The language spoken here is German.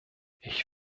ich